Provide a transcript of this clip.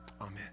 Amen